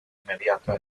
inmediata